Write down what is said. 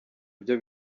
byo